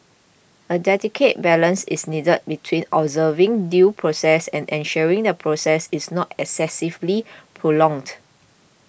a delicate balance is needed between observing due process and ensuring the process is not excessively prolonged